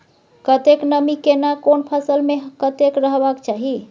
कतेक नमी केना कोन फसल मे कतेक रहबाक चाही?